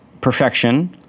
perfection